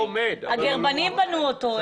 הגרמנים בנו אותו,